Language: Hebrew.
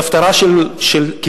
בהפטרה של כיפור,